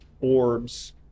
orbs